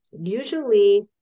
usually